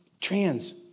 trans